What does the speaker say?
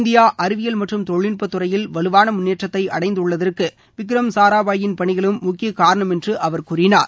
India அறிவியில் மற்றும் தொழில்நுட்பத்துறையில் வலுவான முன்னேற்றத்தை அடைந்துள்ளதற்கு விக்ரம் சாராபாயின் பணிகளும் முக்கிய காரணம் என்று கூறினார்